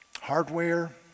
hardware